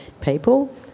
people